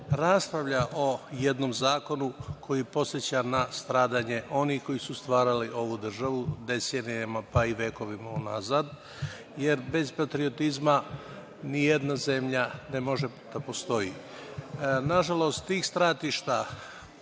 raspravlja o jednom zakonu koji podseća na stradanje onih koji su stvarali ovu državu decenijama, pa i vekovima unazad, jer bez patriotizma ni jedna zemlja ne može da postoji. Nažalost, tih stratišta,